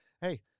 hey